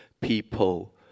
people